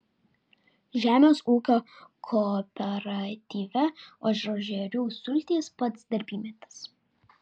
žemės ūkio kooperatyve ažuožerių sultys pats darbymetis